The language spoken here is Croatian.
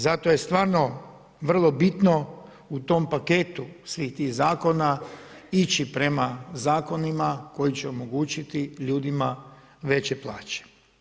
Zato je stvarno vrlo bitno u tom paketu svih tih zakona ići prema zakonima koji će omogućiti ljudima veće plaće.